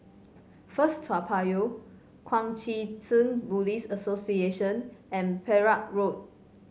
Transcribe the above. First Toa Payoh Kuang Chee Tng Buddhist Association and Perak Road